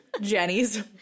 Jenny's